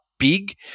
Big